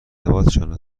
ارتباطشان